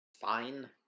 fine